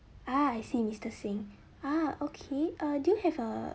ah I see mister singh ah okay uh do you have a